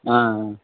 ஆ ஆ